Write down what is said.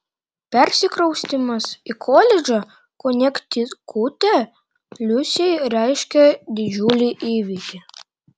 persikraustymas į koledžą konektikute liusei reiškė didžiulį įvykį